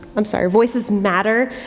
i'm sorry, voices matter,